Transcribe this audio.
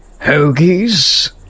hoagies